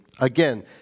again